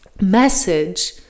message